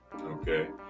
okay